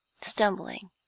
stumbling